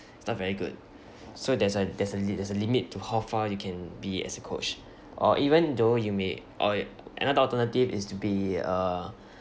is not very good so there's a there's a l~ there's a limit to how far you can be as a coach or even though you may or another alternative is to be a